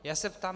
Já se ptám: